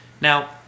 Now